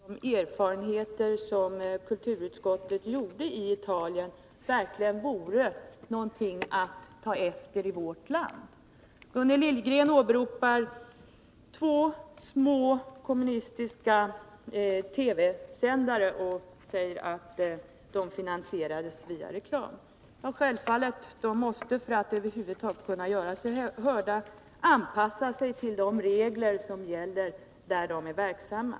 Fru talman! Jag måste fråga Gunnel Liljegren om hon tycker att de erfarenheter som kulturutskottet gjorde i Italien verkligen är någonting att ta fasta på i vårt land. Gunnel Liljegren åberopar två små kommunistiska TV-sändare och säger att de finansierades via reklam. Ja, självfallet måste de, för att över huvud taget kunna göra sig hörda, anpassa sig till de regler som gäller där de är verksamma.